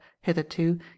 hitherto